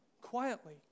quietly